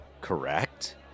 Correct